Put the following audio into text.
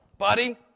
Buddy